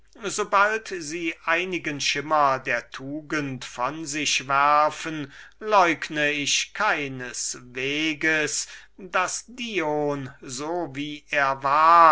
sobald sie einigen schimmer der tugend von sich werfen begehre ich nicht in abrede zu sein daß dion so wie er war